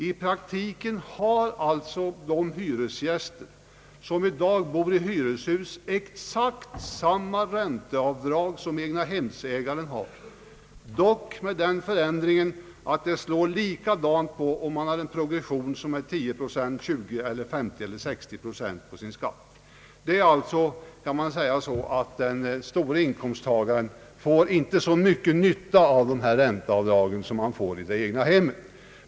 I praktiken har hyresgäster i hyreshus exakt samma ränteavdrag som egnahemsägaren, dock med den skillnaden att om hyresgästen har en progression på sin skatt av 10, 20, 50 eller 60 procent blir ändå resultatet detsamma. Den stora inkomsttagaren som bor i bostadshus får — kan man säga — inte så stor nytta av dessa ränteavdrag som han får i egenskap av egnahemsägare.